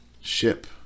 ship